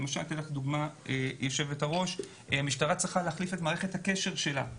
למשל המשטרה צריכה להחליף את מערכת הקשר שלה,